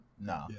no